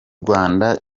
rwanda